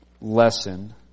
lesson